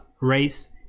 race